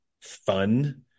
fun